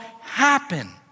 happen